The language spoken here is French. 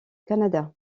canada